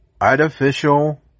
artificial